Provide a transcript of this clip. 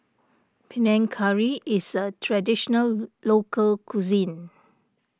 Panang Curry is a Traditional Local Cuisine